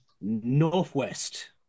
northwest